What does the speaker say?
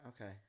Okay